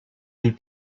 ils